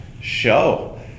show